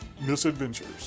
misadventures